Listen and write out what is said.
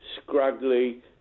scraggly